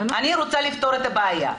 אני רוצה לפתור את הבעיה.